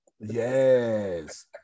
Yes